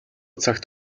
цагт